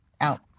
out